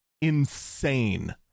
insane